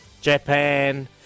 Japan